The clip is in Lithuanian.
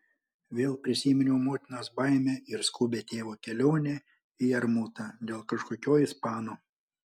vėl prisiminiau motinos baimę ir skubią tėvo kelionę į jarmutą dėl kažkokio ispano